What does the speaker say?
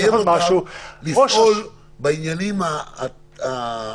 משטרה יכולה לחייב אותם לפעול בעניינים הטכניים